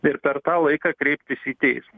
ir per tą laiką kreiptis į teismą